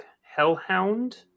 Hellhound